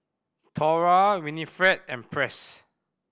Thora Winifred and Press